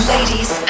Ladies